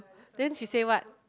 then she say what